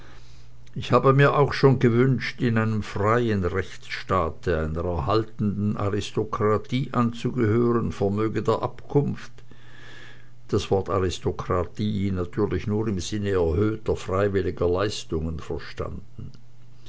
ich habe mir auch schon gewünscht in einem freien rechtsstaate einer erhaltenden aristokratie anzugehören vermöge der abkunft das wort aristokratie natürlich nur im sinne erhöhter freiwilliger leistungen verstanden